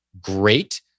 Great